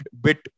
bit